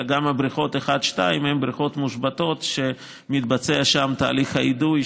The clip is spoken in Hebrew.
אלא גם בריכות 1 ו-2 הן בריכות מושבתות ומתבצע שם תהליך האידוי,